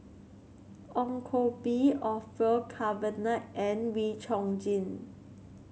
Ong Koh Bee Orfeur Cavenagh and Wee Chong Jin